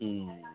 ம்